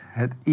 het